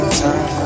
time